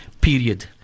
period